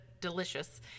delicious